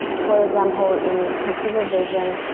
for example, in computer vision,